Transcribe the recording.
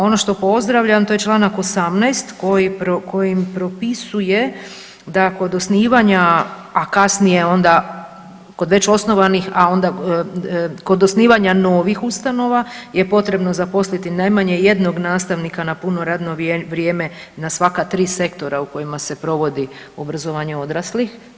Ono što pozdravljam to je članak 18. koji propisuje da kod osnivanja, a kasnije onda kod već osnovanih a onda kod osnivanja novih ustanova je potrebno zaposliti najmanje jednog nastavnika na puno radno vrijeme na svaka tri sektora u kojima se provodi obrazovanje odraslih.